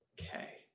Okay